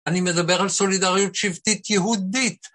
אני מדבר על סולידריות שבטית יהודית.